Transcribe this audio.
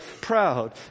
proud